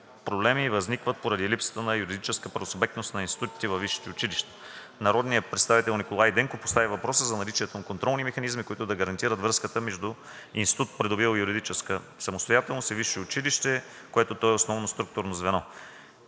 проблеми възникват поради липсата на юридическа правосубектност на институтите във висшите училища. Народният представител Николай Денков постави въпроса за наличието на контролни механизми, които да гарантират връзката между институт, придобил юридическа самостоятелност, и висшето училище, в което той е основно структурно звено.